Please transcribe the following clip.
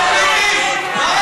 נתקבלה.